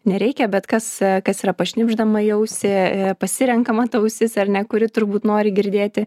nereikia bet kas kas yra pašnibždama į ausį pasirenkama ta ausis ar ne kuri turbūt nori girdėti